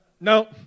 No